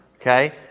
okay